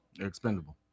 expendable